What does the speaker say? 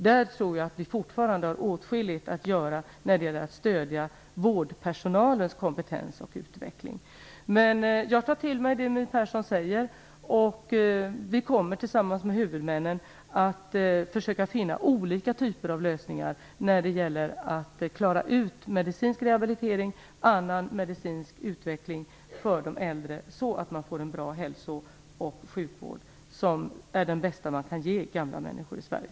Där tror jag att vi fortfarande har åtskilligt att göra när det gäller att utveckla vårdpersonalens kompetens. Jag tar till mig det My Persson säger. Vi kommer att tillsammans med huvudmännen försöka finna olika typer av lösningar för det här med medicinsk rehabilitering och annan medicinsk utveckling när det gäller de äldre, så att vi får en bra hälso och sjukvård som är den bästa man kan ge gamla människor i Sverige.